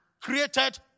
created